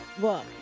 Look